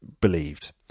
believed